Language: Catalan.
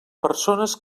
persones